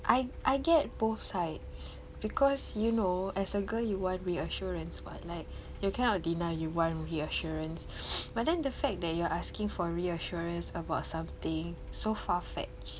I I get both sides cause you know as a girl you want reassurance but like you cannot deny you want reassurance but then the fact that you are asking for reassurance about something so far fetched